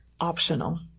Optional